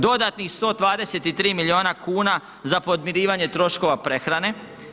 Dodatnih 123 milijuna kuna za podmirivanje troškova prehrane.